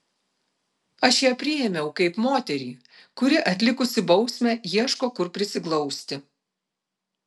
aš ją priėmiau kaip moterį kuri atlikusi bausmę ieško kur prisiglausti